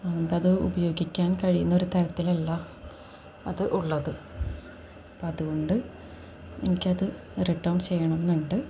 ഇപ്പോഴത് ഉപയോഗിക്കാൻ കഴിയുന്നൊരു തരത്തിലല്ല അത് ഉള്ളത് അപ്പോള് അതുകൊണ്ട് എനിക്കത് റിട്ടേൺ ചെയ്യണമെന്നുണ്ട്